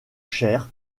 cher